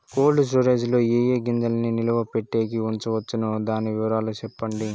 Cold storage లో ఏ ఏ గింజల్ని నిలువ పెట్టేకి ఉంచవచ్చును? దాని వివరాలు సెప్పండి?